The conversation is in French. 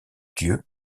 dieu